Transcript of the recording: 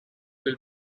will